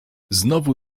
znowu